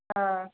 ஆ